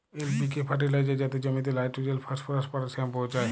LPK fertiliser যাতে জমিতে nitrogen, phosphorus, potassium পৌঁছায়